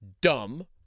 dumb